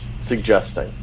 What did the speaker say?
suggesting